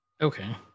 Okay